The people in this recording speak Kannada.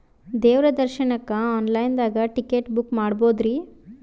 ದೇವ್ರ ದರ್ಶನಕ್ಕ ಆನ್ ಲೈನ್ ದಾಗ ಟಿಕೆಟ ಬುಕ್ಕ ಮಾಡ್ಬೊದ್ರಿ?